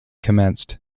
commenced